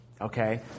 okay